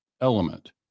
element